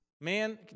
Man